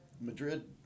Madrid